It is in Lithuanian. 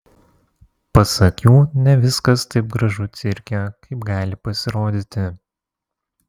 pasak jų ne viskas taip gražu cirke kaip gali pasirodyti